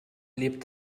lebt